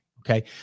okay